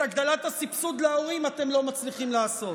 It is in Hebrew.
הגדלת הסבסוד להורים אתם לא מצליחים לעשות.